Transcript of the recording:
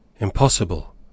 Impossible